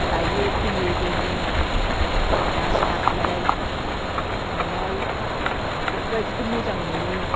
लाइयो फैयो दोनो ना सारनाय हमनाय बेफोरबादिखौ मोजां मोनो